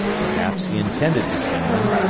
perhaps he intended to send them,